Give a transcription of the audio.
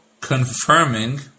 confirming